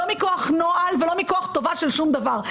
לא מכוח נוהל ולא מכוח טובה של שום דבר,